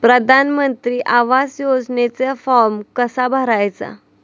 प्रधानमंत्री आवास योजनेचा फॉर्म कसा भरायचा?